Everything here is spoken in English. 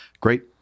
great